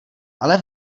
ale